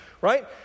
right